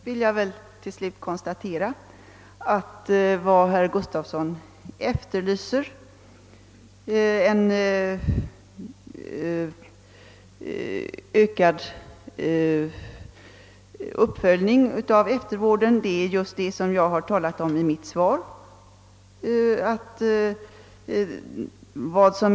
Till slut vill jag konstatera att det herr Gustavsson i Alvesta efterlyste, d.v.s. en uppföljning av eftervården, är just det jag talat om i mitt svar.